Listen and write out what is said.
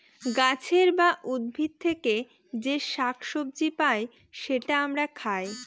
গাছের বা উদ্ভিদ থেকে যে শাক সবজি পাই সেটা আমরা খাই